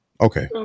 Okay